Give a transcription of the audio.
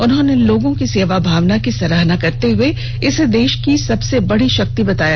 उन्होंने लोगों की सेवा भावना की सराहना करते हए इसे देश की सबसे बड़ी शक्ति बताया